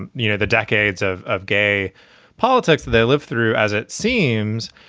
and you know, the decades of of gay politics that they lived through, as it seems.